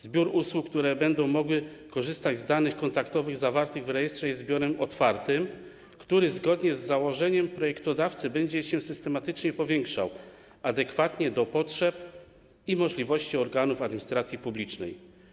Zbiór usług, które będą mogły korzystać z danych kontaktowych zawartych w rejestrze, jest zbiorem otwartym, który zgodnie z założeniem projektodawcy będzie się systematycznie powiększał, adekwatnie do potrzeb i możliwości organów administracji publicznej.